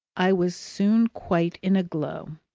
i was soon quite in a glow.